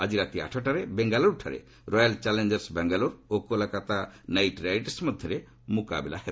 ଆଜି ରାତି ଆଠଟାରେ ବେଙ୍ଗାଲୁରୁଠାରେ ରୟାଲ୍ ଚାଲେଞ୍ଜର୍ସ ବାଙ୍ଗାଲୋର ଓ କୋଲକାତା ନାଇଟ୍ ରାଇଡର୍ସ ମଧ୍ୟରେ ମୁକାବିଲା ହେବ